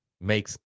makes